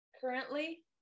currently